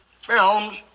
films